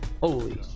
Holy